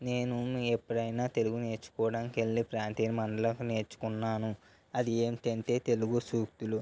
నేను మీ ఎప్పుడైనా తెలుగు నేర్చుకోవడానికి వెళ్ళి ప్రాంతీయ మండలం నేర్చుకున్నాను అది ఏంటంటే తెలుగు సూక్తులు